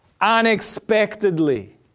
Unexpectedly